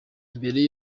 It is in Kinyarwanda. mbere